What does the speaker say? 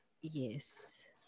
Yes